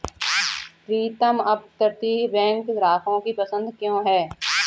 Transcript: प्रीतम अपतटीय बैंक ग्राहकों की पसंद क्यों है?